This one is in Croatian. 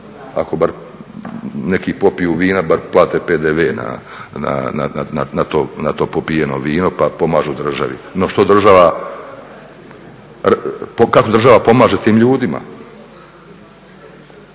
Ako bar neki popiju vina bar plate PDV na to popijeno vino pa pomažu državi. No kako država pomaže tim ljudima?